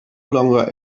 longer